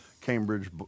Cambridge